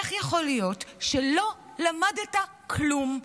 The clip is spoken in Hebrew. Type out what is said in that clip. איך יכול להיות שלא למדת כלום?